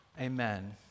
Amen